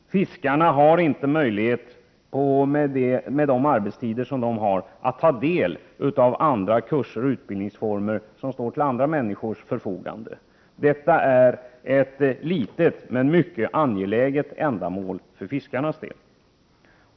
Fiskarna har inte, med de arbetstider de har, möjlighet att ta del av sådana kurser och utbildningsformer som står till andra människors förfogande. Detta är ett litet men mycket angeläget ändamål för fiskarnas del.